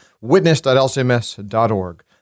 witness.lcms.org